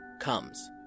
comes